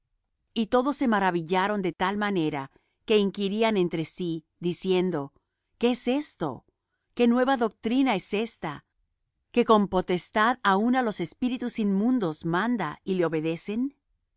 y todos se maravillaron de tal manera que inquirían entre sí diciendo qué es esto qué nueva doctrina es ésta que con potestad aun á los espíritus inmundos manda y le obedecen